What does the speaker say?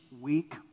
week